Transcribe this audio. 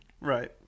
Right